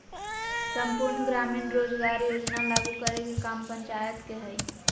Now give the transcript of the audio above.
सम्पूर्ण ग्रामीण रोजगार योजना लागू करे के काम पंचायत के हय